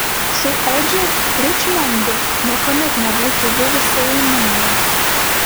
su edžiu ričmondu niekuomet nebūčiau buvusi laiminga